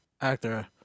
actor